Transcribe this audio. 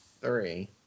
Three